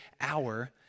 hour